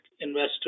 investors